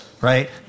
right